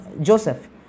Joseph